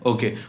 Okay